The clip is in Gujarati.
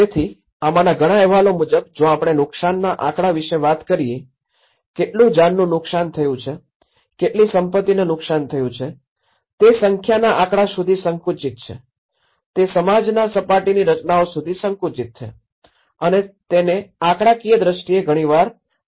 તેથી આમાંના ઘણા અહેવાલો મુજબ જો આપણે નુકસાનનાં આંકડા વિષે વાત કરીએ કે કેટલું જાનનું નુકસાન થયું છે કેટલી સંપત્તિને નુકસાન થયું છે તે સંખ્યાના આંકડા સુધી સંકુચિત છે તે સમાજના સપાટીની રચનાઓ સુધી સંકુચિત છે અને તેને આંકડાકીય દ્રષ્ટિએ ઘણીવાર ઘટાડવામાં આવે છે